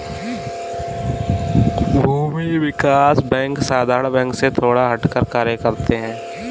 भूमि विकास बैंक साधारण बैंक से थोड़ा हटकर कार्य करते है